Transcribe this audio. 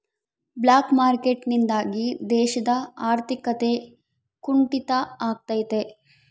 block market ನಿಂದಾಗಿ ದೇಶದ ಆರ್ಥಿಕತೆ ಕುಂಟಿತ ಆಗ್ತೈತೆ